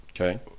Okay